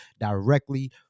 directly